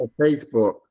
Facebook